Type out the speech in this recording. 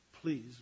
please